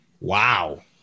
Wow